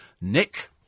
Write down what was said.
Nick